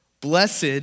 Blessed